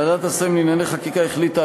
ועדת השרים לענייני חקיקה החליטה,